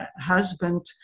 husband